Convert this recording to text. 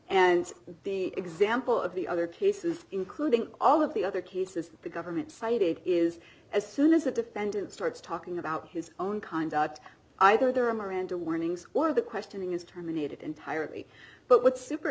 and the example of the other cases including all of the the cases that the government cited is as soon as the defendant starts talking about his own conduct either there are miranda warnings or the questioning is terminated entirely but what's super